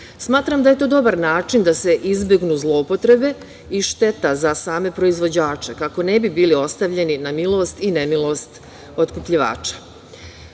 da je to dobar način da se izbegnu zloupotrebe i šteta za same proizvođače kako ne bi bili ostavljeni na milost i nemilost otkupljivača. Predlogom